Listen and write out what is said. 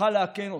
נוכל לאכן אתכם?